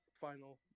final